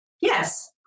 Yes